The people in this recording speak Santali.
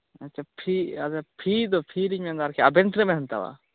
ᱦᱮᱸ ᱟᱫᱚ ᱯᱷᱤ ᱯᱷᱤ ᱫᱚ ᱯᱷᱤ ᱞᱤᱧ ᱢᱮᱱ ᱮᱫᱟ ᱟᱵᱮᱱ ᱛᱤᱱᱟᱹᱜ ᱵᱮᱱ ᱦᱟᱛᱟᱣᱟ